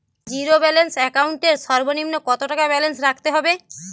Zero balance account এর সর্বনিম্ন কত টাকা ব্যালেন্স রাখতে হবে?